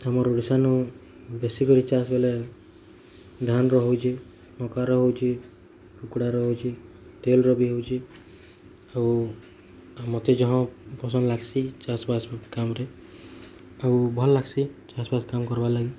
ଆମର ଓଡ଼ିଶା ନୁ ବେଶୀ କରି ଚାଷ ବୋଲେ ଧାନ ରହୁଛି ମକା ରହୁଛି କୁକୁଡ଼ା ରହୁଛି ତେଲ ର ବି ହଉଛି ଆଉ ମୋତେ ଯାହ ପସନ୍ଦ ଲାଗ୍ସି ଚାଷ ବାସ କାମ୍ ରେ ଆଉ ଭଲ ଲାଗ୍ସି ଚାଷ ବାସ କାମ୍ କର୍ବାର୍ ଲାଗି